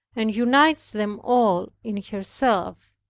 and unites them all in herself.